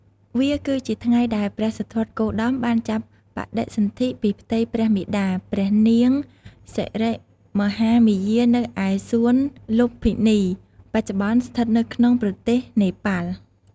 វាគឺជាថ្ងៃដែល ព្រះសិទ្ធត្ថគោតម បានចាប់បដិសន្ធិពីផ្ទៃព្រះមាតាព្រះនាងសិរិមហាមាយា នៅឯ សួនលុម្ពិនី បច្ចុប្បន្នស្ថិតនៅក្នុងប្រទេសនេប៉ាល់។